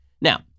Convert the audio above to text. Now